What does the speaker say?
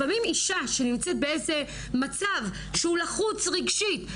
לפעמים אישה שנמצאת באיזה מצב שהוא לחוץ רגשית,